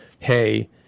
hey